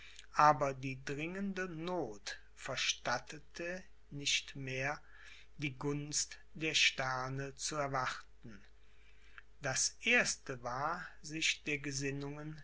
aber die dringende noth verstattete nicht mehr die gunst der sterne zu erwarten das erste war sich der gesinnungen